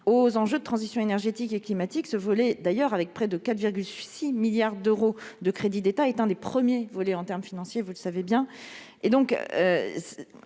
aux enjeux de transition énergétique et climatique. Ce volet, à hauteur de près de 4,6 milliards d'euros de crédits d'État, est l'un des premiers en termes financiers, vous le savez.